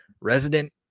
Resident